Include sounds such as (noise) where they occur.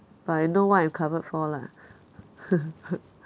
but I know what I'm covered for lah (noise)